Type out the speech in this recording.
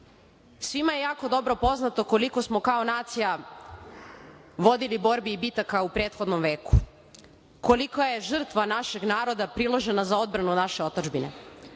biti? Svima je jako dobro poznato koliko smo kao nacija vodili borbi i bitaka u prethodnom veku, kolika je žrtva našeg naroda priložena za odbranu naše otadžbine,